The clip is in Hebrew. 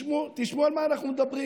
תשמעו על מה אנחנו מדברים,